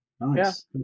nice